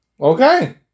Okay